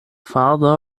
father